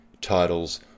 titles